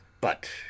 But